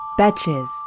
Batches